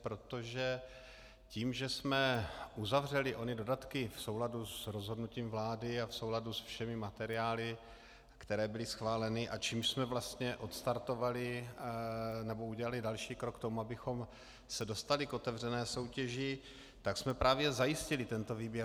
Protože tím, že jsme uzavřeli ony dodatky v souladu s rozhodnutím vlády a v souladu se všemi materiály, které byly schváleny, čímž jsme vlastně odstartovali, nebo udělali další krok k tomu, abychom se dostali k otevřené soutěži, tak jsme právě zajistili tento výběr.